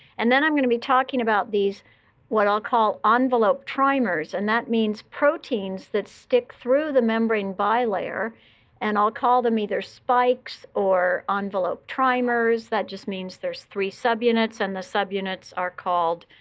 and then i'm going to be talking about these what i'll call um enveloped trimers. and that means proteins that stick through the membrane bilayer. and i'll call them either spikes or enveloped trimers. that just means there's three subunits, and the subunits are called,